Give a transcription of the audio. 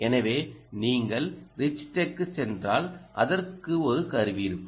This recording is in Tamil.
எனவே நீங்கள் Richtek க்கு சென்றால் அதற்கு ஒரு கருவி இருக்கும்